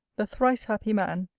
the thrice-happy man,